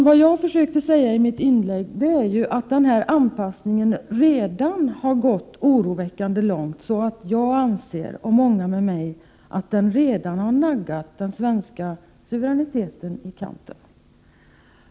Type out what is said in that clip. Vad jag försökte säga i mitt inlägg var att denna anpassning redan har gått oroväckande långt, så att jag och många med mig anser att den har naggat den svenska suveräniteten i kanten.